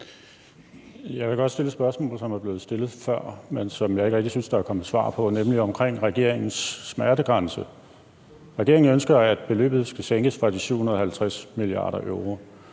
Jeg vil godt stille et spørgsmål, som er blevet stillet før, men som jeg ikke rigtig synes der er kommet svar på, nemlig om regeringens smertegrænse. Regeringen ønsker, at beløbet på 750 mia. euro